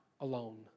alone